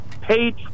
paid